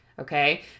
okay